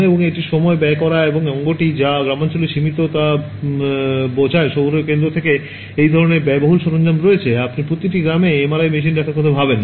এবং এটির সমস্ত সময় ব্যয় করা এবং এর অঙ্গটি যা গ্রামাঞ্চলে সীমাবদ্ধ তা বোঝায় শহুরে কেন্দ্র যেখানে এই ধরণের ব্যয়বহুল সরঞ্জাম রয়েছে আপনি প্রতিটি গ্রামে এমআরআই মেশিন রাখার কথা ভাবেন না